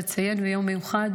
לציין ביום מיוחד